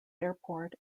airport